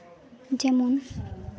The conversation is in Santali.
ᱡᱮᱢᱚᱱ